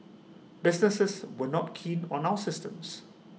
businesses were not keen on our systems